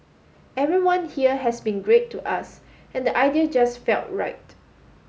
everyone here has been great to us and the idea just felt right